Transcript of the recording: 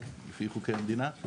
רק לפי חוקי המדינה.